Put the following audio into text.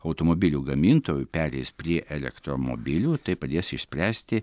automobilių gamintojų pereis prie elektromobilių tai padės išspręsti